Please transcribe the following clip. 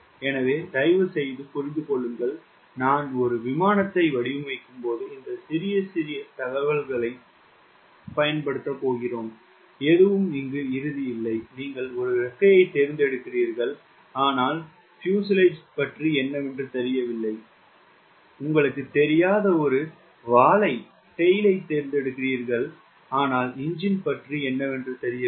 எனவே தயவுசெய்து புரிந்து கொள்ளுங்கள் நான் ஒரு விமானத்தை வடிவமைக்கும்போது இந்த சிறிய சிறிய தகவலை நாம் பயன்படுத்தப் போகிறோம் எதுவும் இங்கு இறுதி இல்லை நீங்கள் ஒரு இறக்கையைத் தேர்ந்தெடுக்கிறீர்கள் ஆனால் பிஸெளஜ் பற்றி என்னவென்று தெரியவில்லை உங்களுக்குத் தெரியாத ஒரு வாலைத் தேர்ந்தெடுக்கிறீர்கள் என்ஜின் பற்றி என்னவென்று தெரியவில்லை